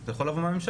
זה יכול לבוא מהממשלה.